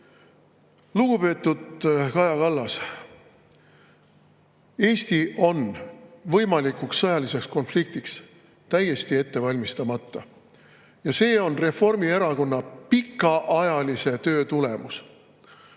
Lugupeetud Kaja Kallas! Eesti on võimalikuks sõjaliseks konfliktiks täiesti ette valmistamata ja see on Reformierakonna pikaajalise töö tulemus.